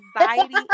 anxiety